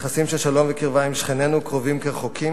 ליחסים של שלום וקרבה עם שכנינו, קרובים כרחוקים,